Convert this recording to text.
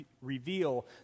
reveal